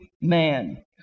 man